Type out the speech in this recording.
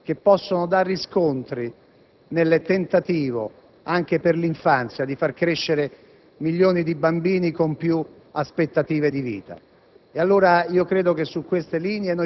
sostenere quelle Agenzie che possono dare riscontri nel tentativo di far crescere milioni di bambini con più aspettative di vita.